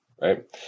right